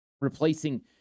replacing